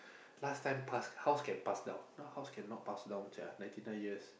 last time pass house can pass down now house cannot pass down sia ninety nine years